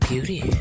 Beauty